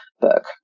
book